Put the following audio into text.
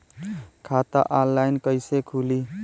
खाता ऑनलाइन कइसे खुली?